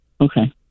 Okay